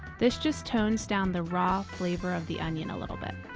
this just tones down the raw flavor of the onion a little bit.